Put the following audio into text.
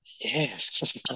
Yes